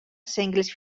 sengles